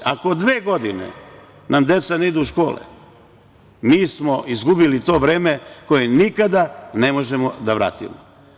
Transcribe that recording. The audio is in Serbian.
Ako dve godine nam deca ne idu u škole, mi smo izgubili to vreme koje nikada ne možemo da vratimo.